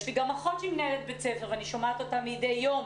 יש לי גם אחות שהיא מנהלת בית ספר ואני שומעת אותה מדי יום.